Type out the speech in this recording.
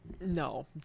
No